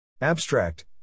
Abstract